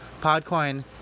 Podcoin